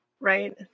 right